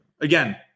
Again